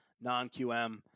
non-QM